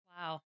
Wow